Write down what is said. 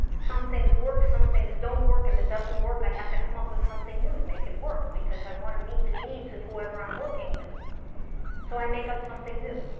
some things work some things don't work. if it doesn't work i have to come up with something new to make it work. because i want to meet the needs of whoever i'm working with so i make up something new